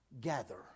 gather